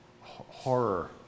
horror